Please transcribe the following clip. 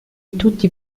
tutti